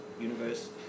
universe